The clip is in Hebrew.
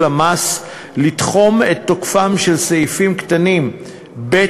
המס לתחום את תוקפם של סעיפים קטנים (ב)